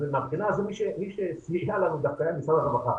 אז מהבחינה הזאת מי שסייע לנו דווקא היה משרד הרווחה.